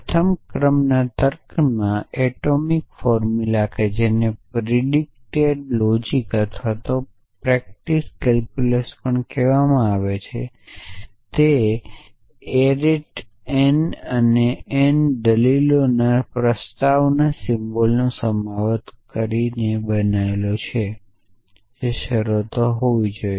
પ્રથમ ક્રમના તર્કમાં એટોમિક ફોર્મુલા જેને પ્રિડિકેટ લોજિક અથવા પ્રેક્ટીક કેલ્ક્યુલસ પણ કહેવામાં આવે છે તે એરેટી એન અને એન દલીલોના પ્રસ્તાવના સિમ્બોલનો સમાવેશ કરીને બનેલો છે જે શરતો હોવા જોઈએ